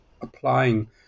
applying